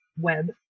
web